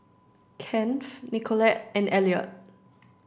Kennth Nicolette and Elliott